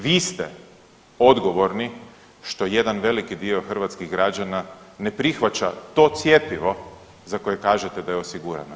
Vi ste odgovorni što jedan veliki dio hrvatskih građana ne prihvaća to cjepivo za koje kažete da je osigurano.